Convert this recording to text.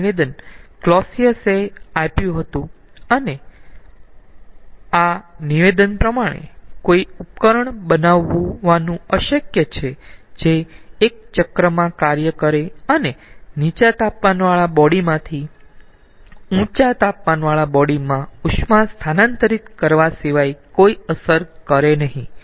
આ નિવેદન કલોસીયસે આપ્યું હતું અને આ નિવેદન પ્રમાણે કોઈ ઉપકરણ બનાવવાનું અશક્ય છે જે એક ચક્રમાં કાર્ય કરે અને નીચા તાપમાનવાળા બોડી માંથી ઊંચા તાપમાનવાળા બોડી માં ઉષ્મા સ્થાનાંતરિત કરવા સિવાય કોઈ અસર કરે નહીં